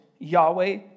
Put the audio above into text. Yahweh